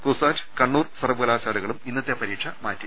കുസാറ്റ് കണ്ണൂർ സർവകലാശാ ലകളും ഇന്നത്തെ പരീക്ഷ മാറ്റി